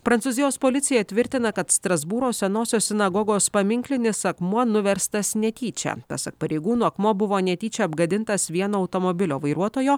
prancūzijos policija tvirtina kad strasbūro senosios sinagogos paminklinis akmuo nuverstas netyčia pasak pareigūnų akmuo buvo netyčia apgadintas vieno automobilio vairuotojo